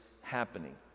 happening